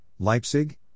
Leipzig